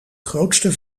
grootste